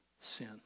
sin